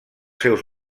seus